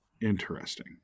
Interesting